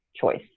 choice